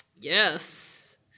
Yes